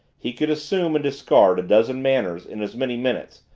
he could assume and discard a dozen manners in as many minutes,